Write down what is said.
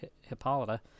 Hippolyta